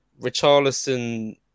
Richarlison